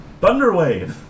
Thunderwave